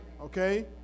Okay